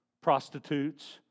prostitutes